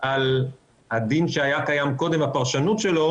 על הדין שהיה קודם הפרשנות שלו